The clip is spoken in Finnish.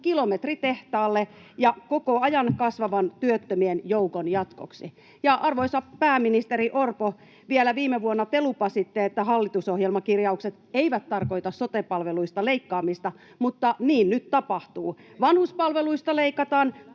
kilometritehtaalle ja koko ajan kasvavan työttömien joukon jatkoksi. Arvoisa pääministeri Orpo, vielä viime vuonna te lupasitte, että hallitusohjelmakirjaukset eivät tarkoita sote-palveluista leikkaamista, mutta niin nyt tapahtuu. [Ben Zyskowicz: